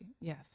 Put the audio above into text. yes